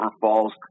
Falls